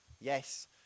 yes